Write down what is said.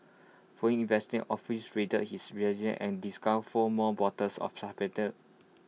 following officers raided his and discovered four more bottles of suspected